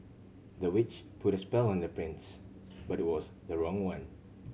the witch put a spell on the prince but it was the wrong one